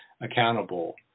accountable